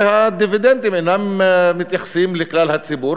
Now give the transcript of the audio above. והדיבידנדים אינם מתייחסים לכלל הציבור,